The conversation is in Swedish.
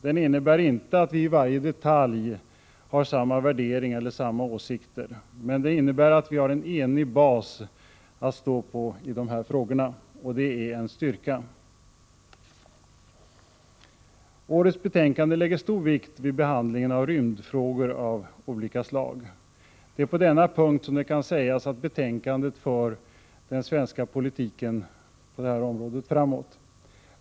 Den innebär inte att vii varje detalj har samma värdering eller samma åsikter. Men det innebär att vi har en enig bas att stå på i dessa frågor. Detta är en styrka. Årets betänkande lägger stor vikt vid behandlingen av rymdfrågor av olika slag. Det är på denna punkt som det kan sägas att betänkandet för den svenska politiken framåt.